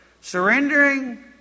Surrendering